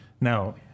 Now